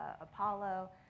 Apollo